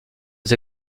les